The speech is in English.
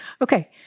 Okay